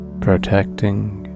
protecting